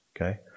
Okay